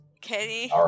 Kenny